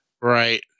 Right